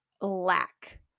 lack